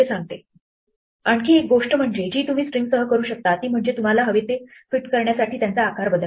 दुसरी गोष्ट जी तुम्ही स्ट्रिंगसह करू शकता ती म्हणजे तुम्हाला हवे ते फिट करण्यासाठी त्यांचा आकार बदलणे